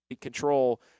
control